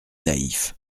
naïf